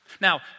Now